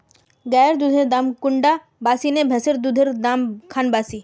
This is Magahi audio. गायेर दुधेर दाम कुंडा बासी ने भैंसेर दुधेर र दाम खान बासी?